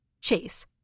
Chase